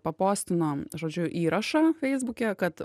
papostino žodžiu įrašą feisbuke kad